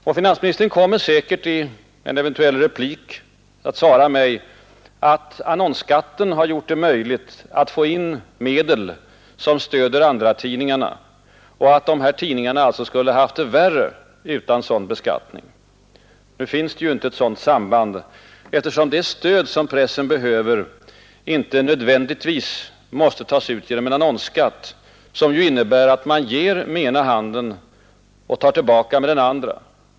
Och finansministern kommer säkert i en eventuell replik att svara mig, att annonsskatten har gjort det möjligt att få in medel som stöder andratidningarna och att de här tidningarna alltså skulle ha haft det värre utan sådan beskattning. Nu finns det inte ett sådant samband, eftersom det stöd som pressen behöver inte nödvändigtvis måste tas ut genom en annonsskatt, som ju innebär att man ger med ena handen och tar tillbaka med den andra.